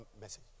message